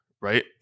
right